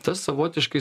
tas savotiškai